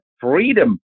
freedom